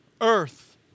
earth